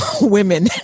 women